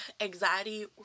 anxiety